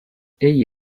egli